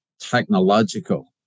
technological